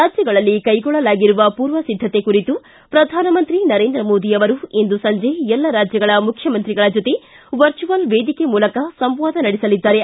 ರಾಜ್ಯಗಳಲ್ಲಿ ಕೈಗೊಳ್ಳಲಾಗಿರುವ ಪೂರ್ವಸಿದ್ದತೆ ಕುರಿತು ಶ್ರಧಾನಮಂತ್ರಿ ನರೇಂದ್ರ ಮೋದಿ ಅವರು ಇಂದು ಸಂಜೆ ಎಲ್ಲ ರಾಜ್ಯಗಳ ಮುಖ್ಯಮಂತ್ರಿಗಳ ಜೊತೆ ವರ್ಚುವಲ್ ವೇದಿಕೆ ಮೂಲಕ ಸಂವಾದ ನಡೆಸಲಿದ್ದಾರೆ